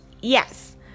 Yes